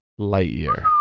Lightyear